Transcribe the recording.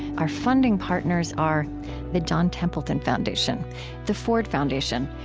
our funding partners are the john templeton foundation the ford foundation,